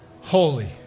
Holy